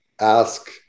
ask